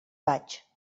vaig